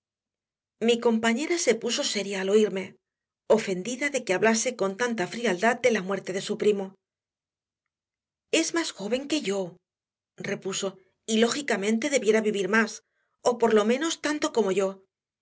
mi compañera se puso seria al oírme ofendida de que hablase con tanta frialdad de la muerte de su primo es más joven que yo repuso y lógicamente debiera vivir más o por lo menos tanto como yo